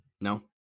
No